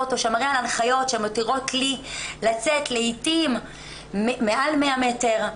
--- הנחיות שמתירות לי לצאת לעיתים מעל 100 מטר.